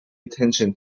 attention